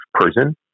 prison